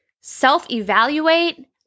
self-evaluate